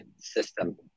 system